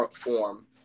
form